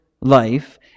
life